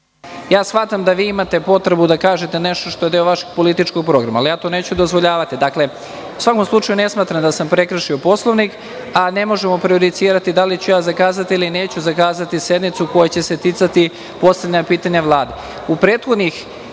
Hvala. Shvatam da imate potrebu da kažete nešto što je deo vašeg političkog programa, ali ja to neću dozvoljavati. Dakle, u svakom slučaju ne smatram da sam prekršio Poslovnik, a ne možemo prejudicirati da li ću zakazati ili neću zakazati sednicu koja će se ticati postavljanja pitanja Vladi.U